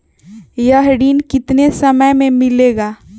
यह ऋण कितने समय मे मिलेगा?